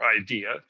idea